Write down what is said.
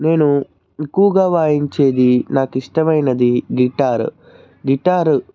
నేను ఎక్కువగా వాయించేది నాకు ఇష్టమైనది గిటార్ గిటార్